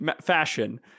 fashion